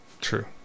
True